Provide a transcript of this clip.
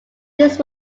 these